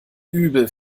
übel